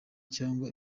cyangwa